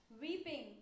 Weeping